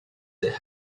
the